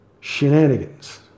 shenanigans